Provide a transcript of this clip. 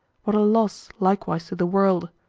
what a loss likewise to the world!